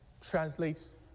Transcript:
translates